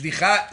סליחה,